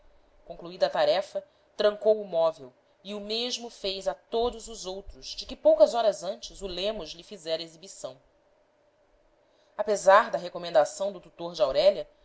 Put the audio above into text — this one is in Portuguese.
concluída a tarefa trancou o móvel e o mesmo fez a todos os outros de que poucas horas antes o lemos lhe fizera exibição apesar da recomendação do tutor de aurélia